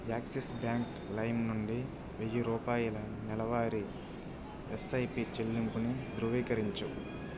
axis Bank Lime నుండి వెయ్యి రూపాయల నెలవారీ ఎస్ఐపి చెల్లింపుని ధృవీకరించు